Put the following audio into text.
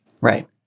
right